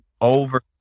over